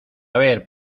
ver